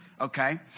okay